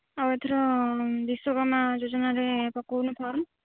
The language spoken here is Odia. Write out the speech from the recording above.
ଆଉ ଏଥିର ବିଶ୍ଵାକର୍ମା ଯୋଜନାରେ ପକାଉନୁ ଫର୍ମ